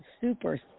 super